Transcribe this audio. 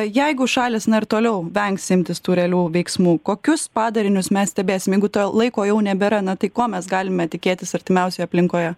jeigu šalys na ir toliau vengs imtis tų realių veiksmų kokius padarinius mes stebėsim jeigu to laiko jau nebėra na tai ko mes galime tikėtis artimiausioje aplinkoje